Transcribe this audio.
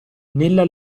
nella